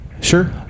Sure